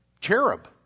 cherub